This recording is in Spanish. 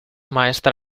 maestra